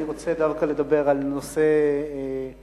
אני רוצה דווקא לדבר על נושא אחר,